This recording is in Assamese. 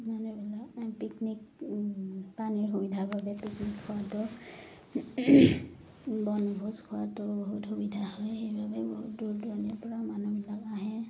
মানুহবিলাক পিকনিক পানীৰ সুবিধা বাবে পিকনিক খোৱাটো বনভোজ খোৱটো বহুত সুবিধা হয় সেইবাবে বহুত দূৰ দূৰণিৰপৰা মানুহবিলাক আহে